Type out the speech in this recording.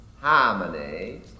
harmony